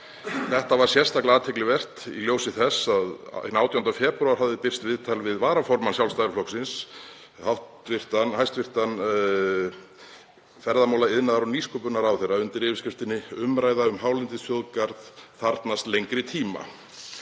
Þetta var sérstaklega athyglisvert í ljósi þess að hinn 18. febrúar hafði birst viðtal við varaformann Sjálfstæðisflokksins, hæstv. ferðamála-, iðnaðar- og nýsköpunarráðherra, undir yfirskriftinni: Umræða um hálendisþjóðgarð þarfnast lengri tíma.